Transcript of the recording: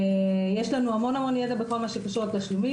יש לנו המון ידע בכל מה שקשור לתשלומים.